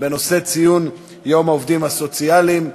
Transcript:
נושא ציון יום העובדים הסוציאליים.